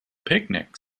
picnic